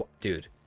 dude